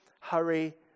hurry